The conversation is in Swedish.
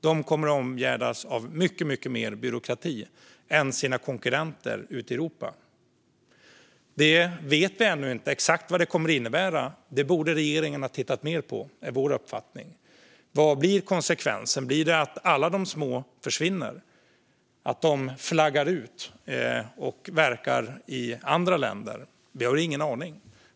De kommer att omgärdas av mycket mer byråkrati än sina konkurrenter ute i Europa. Nya bestämmelser om hållbarhetsrelaterade upplysningar för vissa aktörer på finans-marknadsområdet Vi vet ännu inte exakt vad det kommer att innebära. Det borde regeringen ha tittat mer på, enligt vår uppfattning. Vad blir konsekvensen? Blir det att alla de små försvinner, flaggar ut och verkar i andra länder? Vi har ingen aning.